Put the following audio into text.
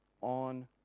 on